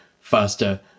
faster